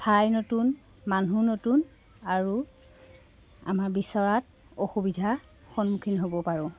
ঠাই নতুন মানুহ নতুন আৰু আমাৰ বিচৰাত অসুবিধা সন্মুখীন হ'ব পাৰোঁ